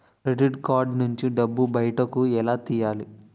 Credit card నుంచి డబ్బు బయటకు ఎలా తెయ్యలి?